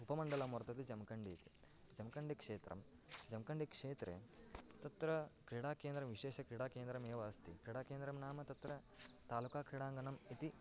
उपमण्डलं वर्तते जम्कण्डी इति जम्कण्डी क्षेत्रं जम्कण्डी क्षेत्रे तत्र क्रीडाकेन्द्रं विशेषं क्रीडाकेन्द्रमेव अस्ति क्रीडाकेन्द्रं नाम तत्र तालुका क्रीडाङ्गनम् इति